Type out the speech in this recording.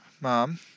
mom